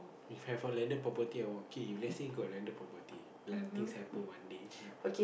if have a landed property I won't K if let's say got landed property like things happen one day